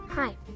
Hi